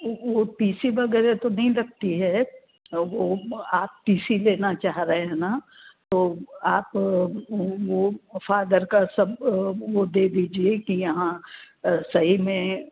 उ उ टीसी वगैरह तो नहीं लगती है वो आप टी सी लेना चाह रहे हैं न तो आप वो फादर का सब वो दे दीजिए की यहाँ सही में